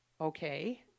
Okay